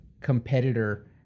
competitor